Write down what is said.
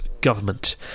government